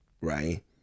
Right